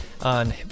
on